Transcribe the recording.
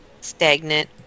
stagnant